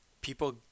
People